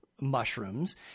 mushrooms